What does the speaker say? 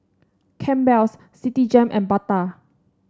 Campbell's Citigem and Bata